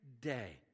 day